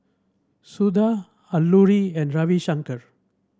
Suda Alluri and Ravi Shankar